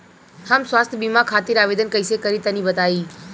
हम स्वास्थ्य बीमा खातिर आवेदन कइसे करि तनि बताई?